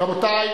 רבותי,